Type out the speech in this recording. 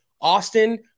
Austin